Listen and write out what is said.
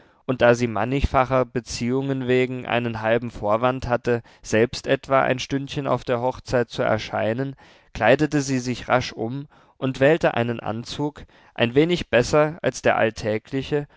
und da sie mannigfacher beziehungen wegen einen halben vorwand hatte selbst etwa ein stündchen auf der hochzeit zu erscheinen kleidete sie sich rasch um und wählte einen anzug ein wenig besser als der alltägliche